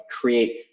create